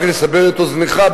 רק לסבר את אוזנך,